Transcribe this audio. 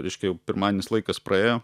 reiškia jau pirmadienis laikas praėjo